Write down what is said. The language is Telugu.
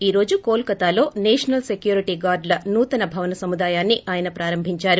ఈ రోజు కోల్ కతాలో నేషనల్ సెక్యురిటి గార్డ్ ల నూతన భవన సముదాయాన్ని ఆయన ప్రారంభించారు